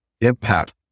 impact